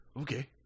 Okay